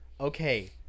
Okay